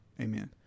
Amen